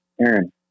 Aaron